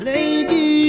Lady